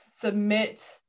submit